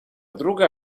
druga